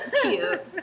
cute